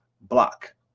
block